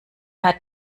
hat